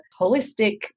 holistic